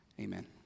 amen